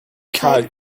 kite